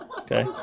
okay